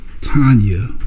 Tanya